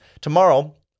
tomorrow